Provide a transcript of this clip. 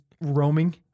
roaming